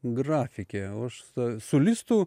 grafikė o aš su su listu